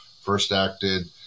first-acted